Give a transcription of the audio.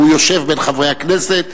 והוא יושב בין חברי הכנסת.